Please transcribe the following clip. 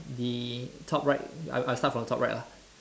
the top right I I start from top right lah